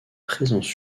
présence